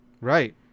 Right